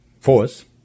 force